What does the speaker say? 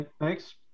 Thanks